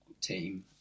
team